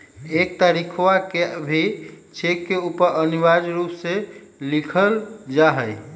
एक तारीखवा के भी चेक के ऊपर अनिवार्य रूप से लिखल जाहई